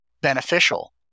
beneficial